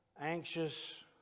anxious